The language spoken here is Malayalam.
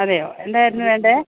അതെയോ എന്തായിരുന്നു വേണ്ടത്